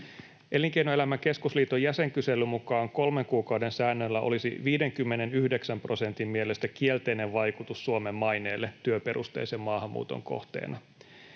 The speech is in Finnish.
Elinkeinoelämän keskusliiton jäsenkyselyn mukaan kolmen kuukauden säännöllä olisi 59 prosentin mielestä kielteinen vaikutus Suomen maineelle työperusteisen maahanmuuton kohteena.